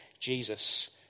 Jesus